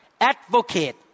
advocate